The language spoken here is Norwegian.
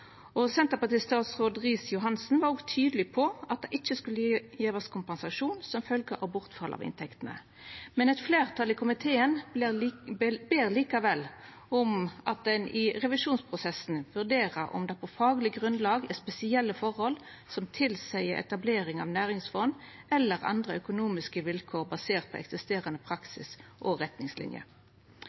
var også tydeleg på at det ikkje skulle gjevast kompensasjon som følgje av bortfall av inntekter. Men eit fleirtal i komiteen ber likevel om at ein i revisjonsprosessen vurderer om det på fagleg grunnlag er spesielle forhold som tilseier etablering av næringsfond eller andre økonomiske vilkår baserte på eksisterande praksis og retningslinjer.